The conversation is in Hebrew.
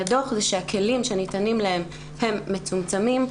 הדוח זה שהכלים שניתנים להם הם מצומצמים.